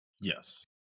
Yes